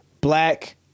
Black